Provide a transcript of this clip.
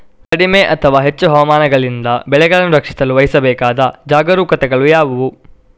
ಕಡಿಮೆ ಅಥವಾ ಹೆಚ್ಚು ಹವಾಮಾನಗಳಿಂದ ಬೆಳೆಗಳನ್ನು ರಕ್ಷಿಸಲು ವಹಿಸಬೇಕಾದ ಜಾಗರೂಕತೆಗಳು ಯಾವುವು?